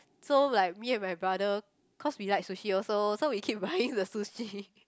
so like me and my brother cause we like sushi also so we keep buying the sushi